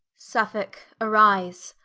suffolke arise.